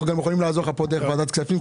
גם יכולים לעזור לך פה דרך ועדת הכספים.